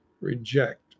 reject